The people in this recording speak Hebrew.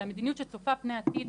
אלא מדיניות שצופה פני העתיד,